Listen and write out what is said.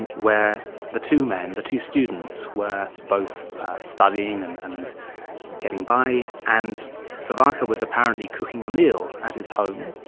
and where the two men, the two students, were both studying and and getting by. and savarkar was apparently cooking a meal at his home.